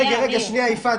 רגע, שנייה יפעת.